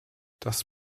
das